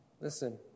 Listen